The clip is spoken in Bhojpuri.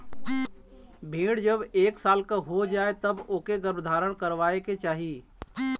भेड़ जब एक साल के हो जाए तब ओके गर्भधारण करवाए के चाही